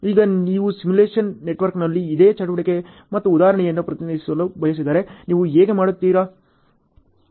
ಈಗ ನೀವು ಸಿಮ್ಯುಲೇಶನ್ ನೆಟ್ವರ್ಕ್ನಲ್ಲಿ ಇದೇ ಚಟುವಟಿಕೆ ಮತ್ತು ಉದಾಹರಣೆಯನ್ನು ಪ್ರತಿನಿಧಿಸಲು ಬಯಸಿದರೆ ನೀವು ಹೇಗೆ ಮಾಡುತ್ತೀರಿ